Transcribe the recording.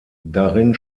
darin